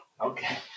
Okay